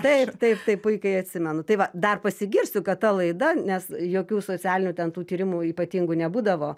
taip taip taip puikiai atsimenu tai va dar pasigirsiu kad ta laida nes jokių socialinių ten tų tyrimų ypatingų nebūdavo